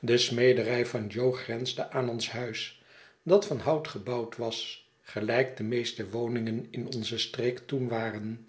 de smederij van jo grensde aan ons huis dat van hout gebouwd was gelijk de meeste woningen in onze streek toen waren